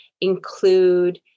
include